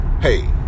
hey